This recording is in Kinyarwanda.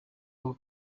aho